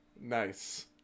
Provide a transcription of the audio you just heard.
Nice